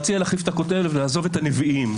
אני מציע להחליף את הכותרת ולעזוב את הנביאים,